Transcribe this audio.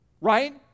Right